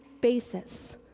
basis